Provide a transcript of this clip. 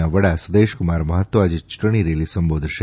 ના વડા સુદેશ કુમાર મહતો આજે યુંટણી રેલી સંબોધશે